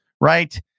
right